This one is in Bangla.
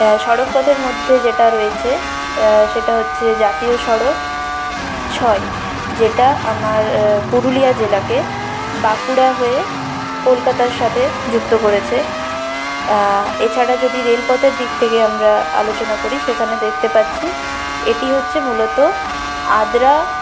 সড়কপথের মধ্যে যেটা রয়েছে সেটা হচ্ছে জাতীয় সড়ক ছয় যেটা আমার পুরুলিয়া জেলাকে বাঁকুড়া হয়ে কলকাতার সাথে যুক্ত করেছে এছাড়া যদি রেল পথের দিক থেকে আমরা আলোচনা করি সেখানে দেখতে পাচ্ছি এটি হচ্ছে মূলত আদ্রা